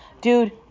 dude